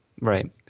Right